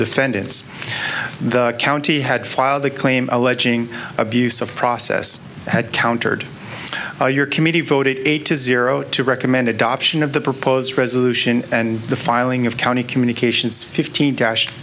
defendants in the county had filed a claim alleging abuse of process had countered your committee voted eight to zero to recommend adoption of the proposed resolution and the filing of county communications fifteen cash